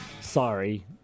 Sorry